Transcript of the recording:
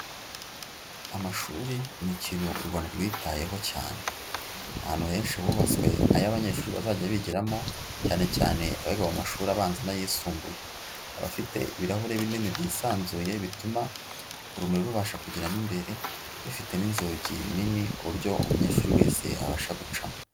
Amashuri ni ikintu u Rwanda rwitayeho cyane, ahantu henshi hubatswe ay'abanyeshuri bazajya bigiramo cyane cyane abiga mu mashuri abanza n'ayisumbuye, abafite ibirahuri binini byisanzuye bituma urumuri rubasha kugeramo imbere bifite n'inzugi nini ku buryo umunyeshuri wese abasha gucamo.